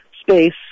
space